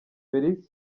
felix